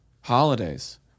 holidays